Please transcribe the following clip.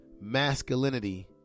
masculinity